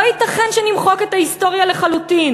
לא ייתכן שנמחק את ההיסטוריה לחלוטין,